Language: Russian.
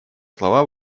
слова